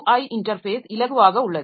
ஐ interface இலகுவாக உள்ளது